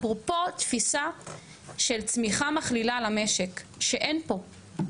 אפרופו תפיסה של צמיחה מכלילה על המשק שאין פה,